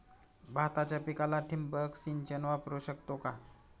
भाताच्या पिकाला ठिबक सिंचन वापरू शकतो का?